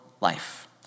life